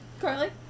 Carly